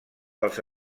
als